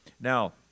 Now